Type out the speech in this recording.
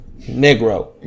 Negro